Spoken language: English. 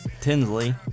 Tinsley